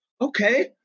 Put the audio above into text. okay